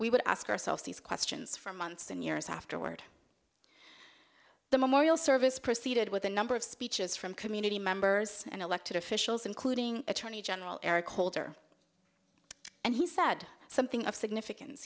we would ask ourselves these questions for months and years afterward the memorial service proceeded with a number of speeches from community members and elected officials including attorney general eric holder and he said something of significance